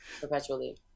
Perpetually